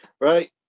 Right